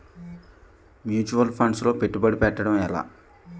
Mutual funds లో పెట్టుబడి పెట్టడం ఎలా?